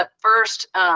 first